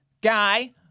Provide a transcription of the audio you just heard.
guy